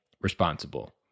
responsible